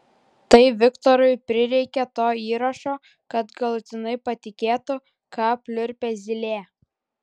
tai viktorui prireikė to įrašo kad galutinai patikėtų ką pliurpia zylė